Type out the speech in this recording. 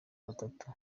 batatu